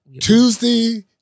Tuesday